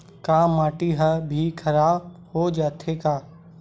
का माटी ह भी खराब हो जाथे का?